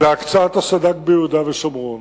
בהקצאת הסד"כ ביהודה ושומרון.